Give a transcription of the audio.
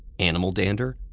animal dander,